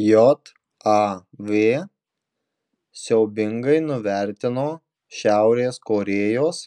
jav siaubingai nuvertino šiaurės korėjos